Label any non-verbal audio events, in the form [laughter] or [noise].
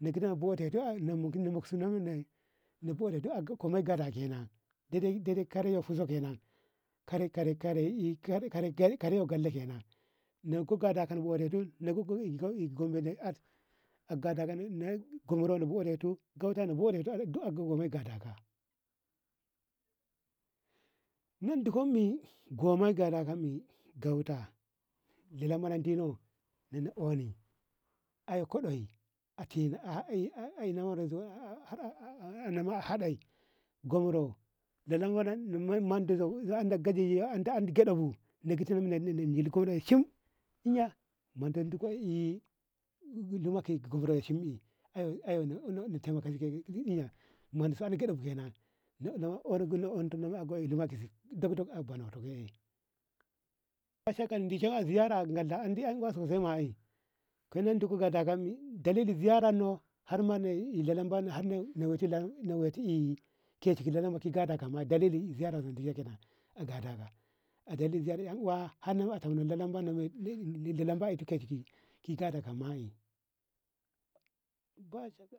na gidi na butetu na muksuno butetu a gomma gadaka kenan dadai dadai kare huzo kenan karai karai karai karewa galle kenan nanko gadaka na woretu ko iko gombe na at a gadaka na kon gore koae wureto na gauta na wuretu duk a gomma gadaka nan dihumi gomma gadaka mi gauta lelema dino na unni ae kwadayi a tina [hesitation] nama hadai gwamro lalo na mundo zo zaya gaji andi andi gedau bu na giti jilko lashim inya ma mundo ae lomaka gamro shim yi ay ay na tamakan iya mansa na gyede bu kenan na giti na jilko lashim ay ma mundu ko ey lamako gumro shim yiay na tamakashi eyya munsu a gyeɗe bu kenan na unto dokdok a banto kea ba shakka na dishi ziyara a ngalda na andi yanuwa sosai ma ai [unintelligible] dalili ma ziyara no har na ae lalambano waiti ae keshi a gadaka ma dalili ziyara a gadaka kenan an uwa hannu lalambano to keshi ki gadaka maye ba shakka